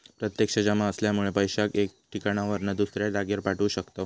प्रत्यक्ष जमा असल्यामुळे पैशाक एका ठिकाणावरना दुसऱ्या जागेर पाठवू शकताव